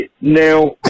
now